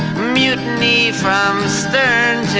mutiny from stern